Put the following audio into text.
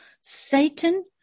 Satan